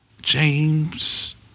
James